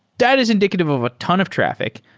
that is indicative of a ton of traffic.